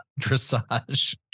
dressage